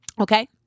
okay